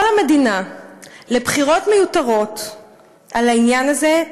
המדינה לבחירות מיותרות על העניין הזה,